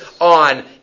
on